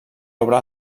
obre